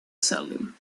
salim